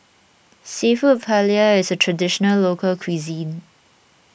Seafood Paella is a Traditional Local Cuisine